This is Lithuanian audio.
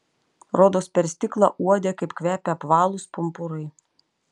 rodos per stiklą uodė kaip kvepia apvalūs pumpurai